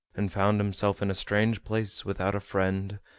and found himself in a strange place, without a friend,